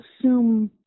assume